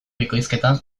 bikoizketa